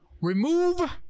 Remove